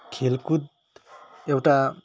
खेलकुद एउटा